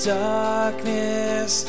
darkness